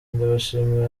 ndabashimira